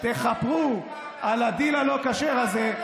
תכפרו על הדיל הלא-כשר הזה,